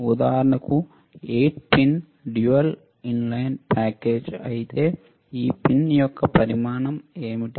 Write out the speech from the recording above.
ఉదాహరణకు 8 pin dual inline package అయితే ఈ పిన్ యొక్క పరిమాణం ఏమిటి